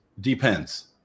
depends